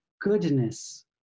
goodness